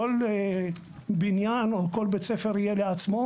כל בניין או כל בית ספר יהיה לעצמו.